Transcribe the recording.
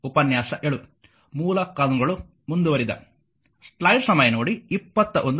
ಆದ್ದರಿಂದ ಮತ್ತಷ್ಟು ರೇಖಾಚಿತ್ರ 2